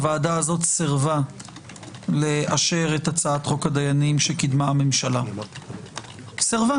הוועדה הזאת סירבה לאשר את הצעת חוק הדיינים שקידמה הממשלה סירבה,